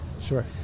Sure